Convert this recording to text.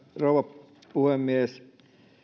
rouva puhemies